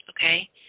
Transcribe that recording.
Okay